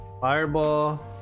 Fireball